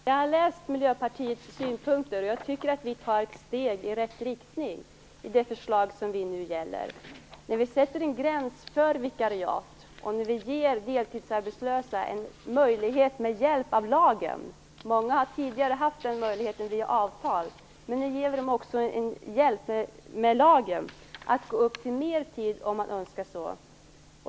Fru talman! Jag har läst Miljöpartiets synpunkter, och jag tycker att vi tar ett steg i rätt riktning med det här förslaget. Vi sätter en gräns för vikariat, och vi ger deltidsarbetslösa en möjlighet att med hjälp av lagen - många har tidigare haft den möjligheten via avtal - om de så önskar gå upp i mer tid.